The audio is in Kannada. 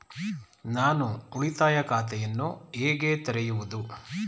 ನಾನು ಉಳಿತಾಯ ಖಾತೆಯನ್ನು ಹೇಗೆ ತೆರೆಯುವುದು?